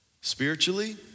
spiritually